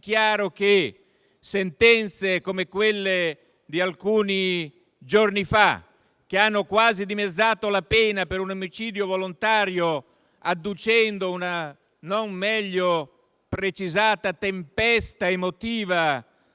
chiaro a tutti che sentenze come quelle di alcuni giorni fa, che hanno quasi dimezzato la pena per un omicidio volontario adducendo una non meglio precisata tempesta emotiva